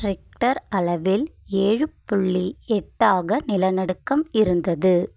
Richter அளவில் ஏழு புள்ளி எட்டாக நிலநடுக்கம் இருந்தது